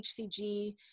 HCG